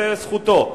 זו זכותו,